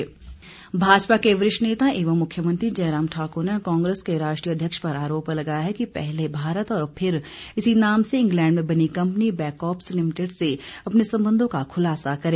आरोप भाजपा के वरिष्ठ नेता एवं मुख्यमंत्री जयराम ठाकुर ने कांग्रेस के राष्ट्रीय अध्यक्ष पर आरोप लगाया है कि पहले भारत और फिर इसी नाम से इंग्लैंड में बनी कंपनी बैकॉप्स लिमिटेड से अपने समबंधों का खुलासा करें